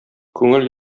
күңел